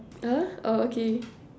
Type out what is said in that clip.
!huh! oh okay